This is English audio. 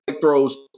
throws